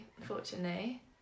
unfortunately